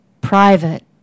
private